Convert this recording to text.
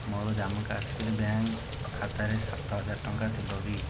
ମୋର ଜାମ୍ମୁ କାଶ୍ମୀର ବ୍ୟାଙ୍କ ଖାତାରେ ସାତ ହଜାର ଟଙ୍କା ଥିବ କି